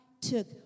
took